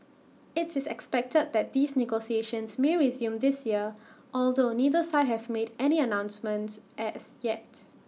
IT is expected that these negotiations may resume this year although neither side has made any announcements as yet